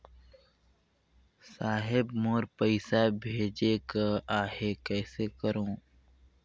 साहेब मोर पइसा भेजेक आहे, कइसे करो?